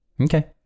okay